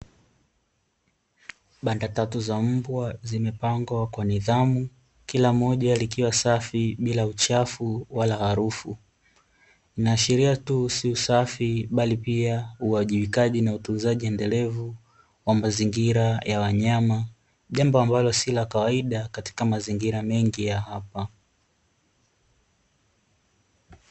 Banda tatu za mbwa zimepangwa kwa nidhamu, kila moja likiwa safi bila uchafu wala harufu. Inaashiria tu sio usafi bali pi uwajibikaji na utunzaji endelevu wa mazingira ya wanyama. Jambo ambalo si la kawaida katika mazingira mengi ya hapa.